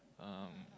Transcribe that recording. um